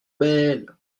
belle